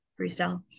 freestyle